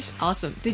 awesome